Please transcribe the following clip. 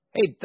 Hey